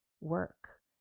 work